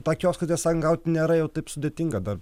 tą kioską tiesą sakant gauti nėra jau taip sudėtinga dar